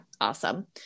awesome